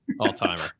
All-timer